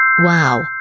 Wow